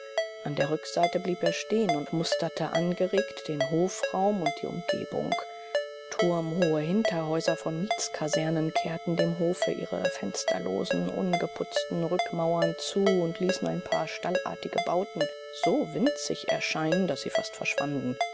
an der rückseite blieb er stehen und musterte angeregt den hofraum und die umgebung turmhohe hinterhäuser von mietskasernen kehrten dem hofe ihre fensterlosen ungeputzten rückmauern zu und ließen ein paar stallartige bauten so winzig erscheinen daß sie fast verschwanden